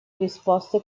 risposte